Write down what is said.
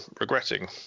regretting